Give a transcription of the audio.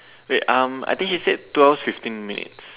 wait um I think she said two hours fifteen minutes